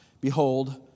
Behold